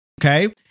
Okay